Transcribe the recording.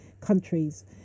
countries